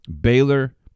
Baylor